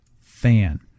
fan